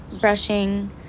brushing